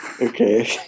Okay